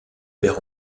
paire